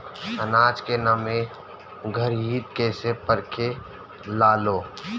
आनाज के नमी घरयीत कैसे परखे लालो?